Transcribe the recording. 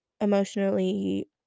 emotionally